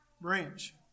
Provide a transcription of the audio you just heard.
branch